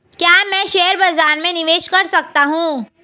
क्या मैं शेयर बाज़ार में निवेश कर सकता हूँ?